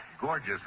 gorgeous